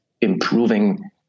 improving